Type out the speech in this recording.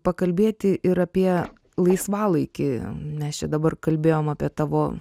pakalbėti ir apie laisvalaikį nes čia dabar kalbėjom apie tavo